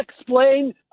explain